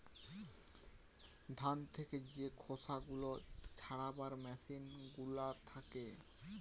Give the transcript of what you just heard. ধান থেকে যে খোসা গুলা ছাড়াবার মেসিন গুলা থাকে